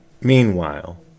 Meanwhile